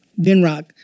Vinrock